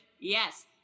yes